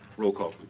roll call,